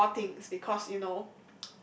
raw things because you know